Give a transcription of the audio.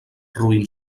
roín